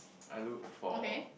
I look for